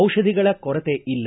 ದಿಷಧಿಗಳ ಕೊರತೆ ಇಲ್ಲ